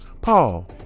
Paul